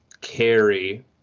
carry